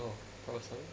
oh problem solving